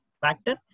factor